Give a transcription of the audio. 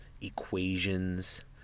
equations